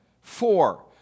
Four